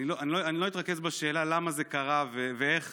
אני לא אתרכז בשאלה למה זה קרה ואיך,